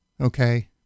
okay